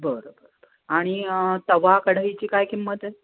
बरं आणि तवा कढईची काय किंमत आहे